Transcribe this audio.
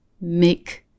make